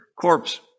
corpse